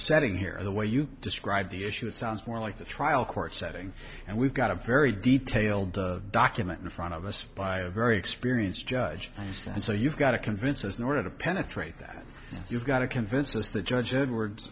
setting here the way you describe the issue it sounds more like the trial court setting and we've got a very detailed document in front of us by a very experienced judge i understand so you've got to convince us in order to penetrate that you've got to convince us the judge edwards